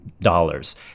dollars